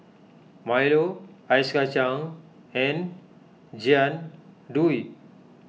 Milo Ice Kachang and Jian Dui